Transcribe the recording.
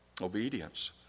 Obedience